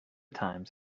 times